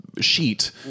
sheet